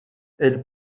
elle